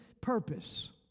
purpose